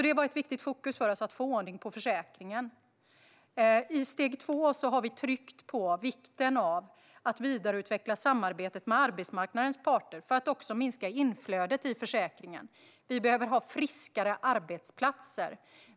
Det var viktigt för oss att få ordning på försäkringen. I steg två har vi tryckt på vikten av att vidareutveckla samarbetet med arbetsmarknadens parter för att också minska inflödet i försäkringen. Vi behöver ha friskare arbetsplatser.